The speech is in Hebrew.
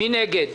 מי נגד?